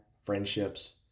friendships